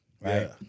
right